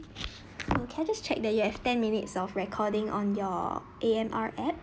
can I just check that you have ten minutes of recording on your A_M_R app